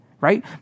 right